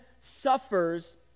suffers